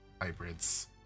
hybrids